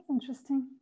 interesting